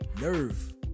Nerve